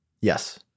Yes